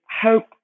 hope